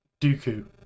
Dooku